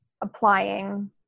applying